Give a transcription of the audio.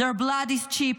their blood is cheap.